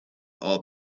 all